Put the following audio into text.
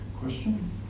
question